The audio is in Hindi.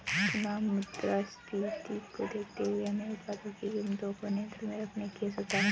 पुनः मुद्रास्फीति को देखते हुए हमें उत्पादों की कीमतों को नियंत्रण में रखने की आवश्यकता है